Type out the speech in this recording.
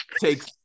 Takes